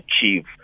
achieve